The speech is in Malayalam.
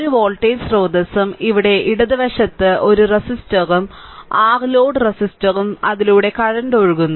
ഒരു വോൾട്ടേജ് സ്രോതസ്സും ഇവിടെ ഇടത് വശത്ത് ഒരു റെസിസ്റ്ററും R ലോഡ് റെസിസ്റ്ററും അതിലൂടെ കറന്റ് ഒഴുകുന്നു